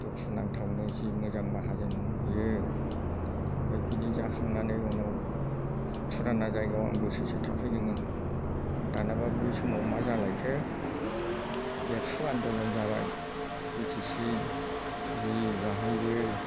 दुखु नांथावनो जि मोजां माहाजोनमोन बियो ओमफाय बिनि जाखांनानै उनाव फुराना जायगायाव आं बोसोरसे थाफैदोंमोन दानाबा बे समाव मा जालायखो एबसु आन्द'लन जाबाय बिटिसि जि बाहायबो